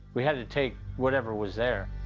we had to take whatever was there.